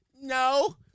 No